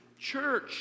Church